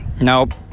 Nope